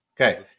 Okay